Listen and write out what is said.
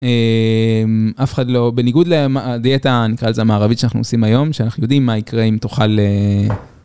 אף אחד לא בניגוד לדיאטה המערבית שאנחנו עושים היום שאנחנו יודעים מה יקרה אם תאכל